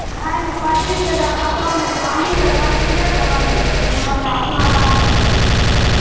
नहि नहि पचीस टके कतौ नहि छै हमहूँ तऽ खरीदीये कऽ ने आनै छियै कोनो हमरा अपना बाग बगान छै